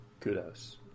kudos